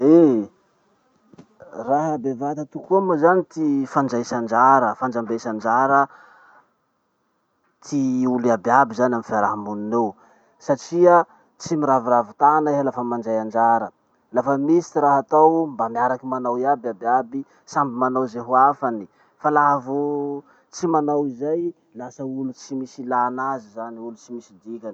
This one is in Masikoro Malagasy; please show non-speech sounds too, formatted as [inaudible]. Eh! Raha bevata tokoa moa zany ty fandraisa anjara, fandrambesa anjara [hesitation] ty olo iaby iaby zany amy fiarahamonin'eo. Satria tsy miraviravy tana iha lafa mandray anjara. Lafa misy raha atao, mba miaraky manao iaby iaby iaby, samby manao zay hoafany. Fa laha vo tsy manao hoizay, lasa olo tsy misy ilan'azy zany olo tsy misy dikany.